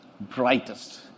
brightest